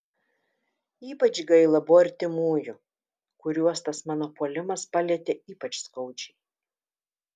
ypač gaila buvo artimųjų kuriuos tas mano puolimas palietė ypač skaudžiai